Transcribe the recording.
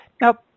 Now